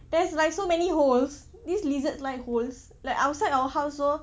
there is like so many holes these lizards like holes like outside our house also